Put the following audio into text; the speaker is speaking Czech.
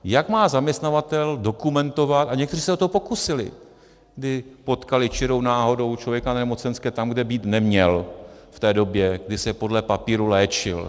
Jak má zaměstnavatel dokumentovat, a někteří se o to pokusili, když potkali čirou náhodou člověka na nemocenské tam, kde být neměl v té době, kdy se podle papíru léčil.